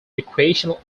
recreational